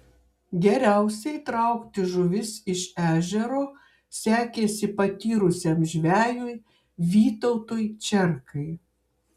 geriausiai traukti žuvis iš ežero sekėsi patyrusiam žvejui vytautui čerkai